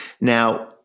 Now